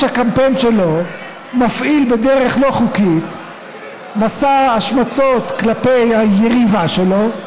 הקמפיין שלו מפעיל בדרך לא חוקית מסע השמצות כלפי היריבה שלו,